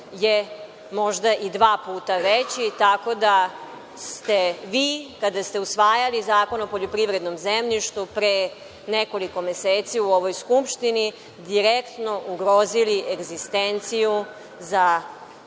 je možda i dva puta veći. Tako da ste vi, kada ste usvajali Zakon o poljoprivrednom zemljištu pre nekoliko meseci u ovoj Skupštini direktno ugrozili egzistenciju za